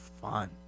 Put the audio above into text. fun